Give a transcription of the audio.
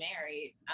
married